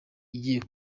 igiye